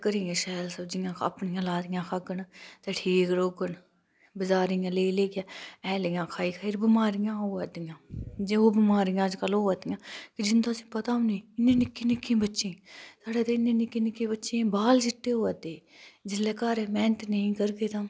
घरै दियां इन्नी शैल सब्जियां अपनी लाई दियां खाह्ङन ते ठीक रौह्ङन बज़ार इयै लेई लेइयै एह्लै ते खाई खाईयै बिमारियां होआ दियां जे ओह् बिमारियां अज्ज कल होआ दियां जिंदा तुसैं गी पता बी नीं इनै निक्के निक्के बच्चें गी साढ़ै चे इन्नै निक्के निक्के बच्चें दे बाल चिट्टे होआ दे जिसलै घर मैह्नत नेईं करगे तां